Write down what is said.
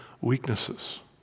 weaknesses